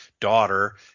daughter